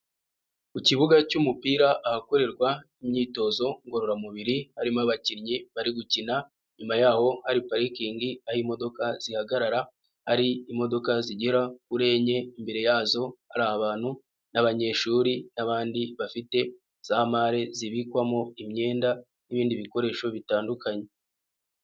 Ku kibuga cy'umupira ahakorerwa imyitozo ngororamubiri, harimo abakinnyi bari gukina inyuma yaho hari parikingi, aho imodoka zihagarara hari imodoka zigera kuri enye, imbere yazo hari abantu n'abanyeshuri n'abandi bafite za mare zibikwamo imyenda n'ibindi bikoresho bitandukanye.